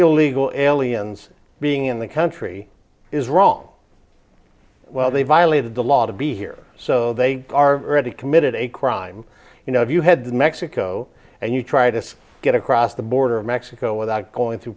illegal aliens being in the country is wrong well they violated the law to be here so they are already committed a crime you know if you had to mexico and you try to get across the border of mexico without going through